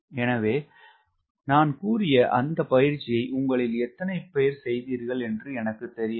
எனவே நான் கூறிய அந்த பயிற்சியை உங்களில் எத்தனை பேர் செய்தீர்கள் என்று எனக்கு தெரியாது